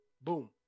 Boom